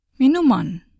Minuman